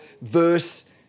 verse